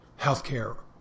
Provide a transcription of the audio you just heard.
healthcare